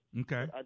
Okay